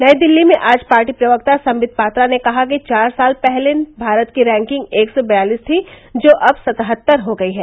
नई दिल्ली में आज पार्टी प्रवक्ता संवित पात्रा ने कहा कि चार साल पहर्ले भारत की रैंकिंग एक सौ बयालिस थी जो अब सतहत्तर हो गई है